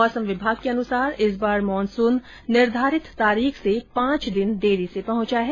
मौसम विभाग के अनुसार इस बार मानसून निर्धारित तारीख से पांच दिन देरी से पहुंचा है